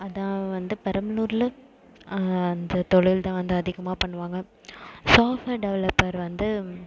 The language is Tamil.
அதுதான் வந்து பெரம்பலூர்ல அந்த தொழில் தான் வந்து அதிகமாக பண்ணுவாங்க சாஃப்ட்வேர் டெவலப்பர் வந்து